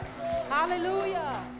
Hallelujah